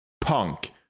Punk